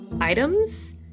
items